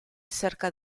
cerca